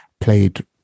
played